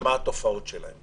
מה התופעות שלו.